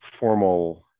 formal